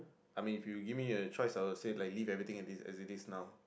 I mean if you give me a choice I would say likely everything in this as it is now